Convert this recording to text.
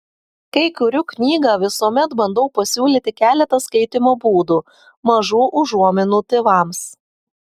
kai kuriu knygą visuomet bandau pasiūlyti keletą skaitymo būdų mažų užuominų tėvams